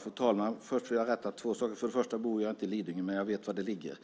Fru talman! Jag vill rätta två saker. För det första bor jag inte i Lidingö, men jag vet var det ligger.